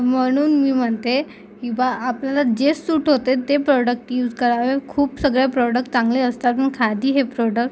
म्हणून मी म्हणते की बुवा आपल्याला जे सूट होतंय ते प्रोडक्ट यूज करावं खूप सगळे प्रोडक्ट चांगले असतात खादी हे प्रोडक्ट